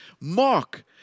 Mark